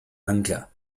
angler